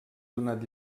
donat